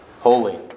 holy